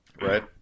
Right